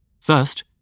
First